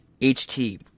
ht